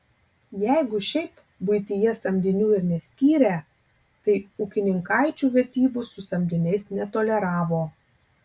jeigu šiaip buityje samdinių ir neskyrę tai ūkininkaičių vedybų su samdiniais netoleravo